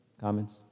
comments